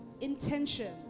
intention